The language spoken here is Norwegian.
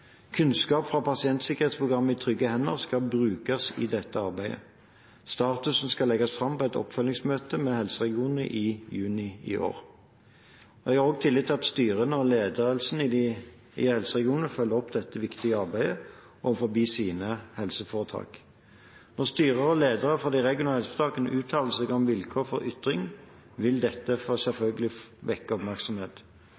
Kunnskap fra pasientsikkerhetsprogrammet «I trygge hender» skal brukes i dette arbeidet. Statusen skal legges fram på et oppfølgingsmøte med helseregionene i juni i år. Jeg har tillit til at styrene og ledelsen i helseregionene følger opp dette viktige arbeidet overfor sine helseforetak. Om styrer og ledere for de regionale helseforetakene uttaler seg om vilkår for ytring, vil dette